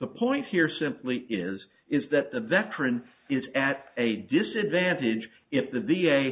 the point here simply is is that the veteran is at a disadvantage if the